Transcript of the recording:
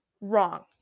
Wrong